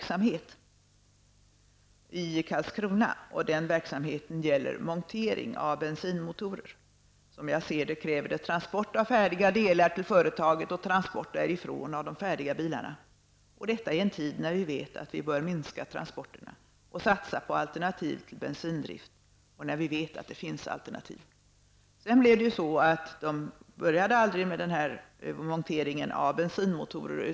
Karlskrona. Verksamheten gäller montering av bensinmotorer. Som jag ser det kräver det transport av färdiga delar till företaget och transport därifrån av de färdiga bilarna, detta i en tid när vi vet att vi bör minska transporterna och satsa på alternativ till bensindrift, och när vi vet att det finns alternativ. Sedan blev det så, att man aldrig började med monteringen av bensinmotorer.